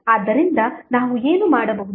ಆದ್ದರಿಂದ ನಾವು ಏನು ಮಾಡಬಹುದು